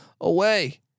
away